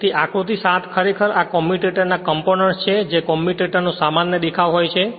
તેથી આકૃતિ 7 ખરેખર કોમ્યુટેટર ના કમ્પોનન્ટ છે જે કોમ્યુટેટર નો સામાન્ય દેખાવ હોય છે